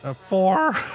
four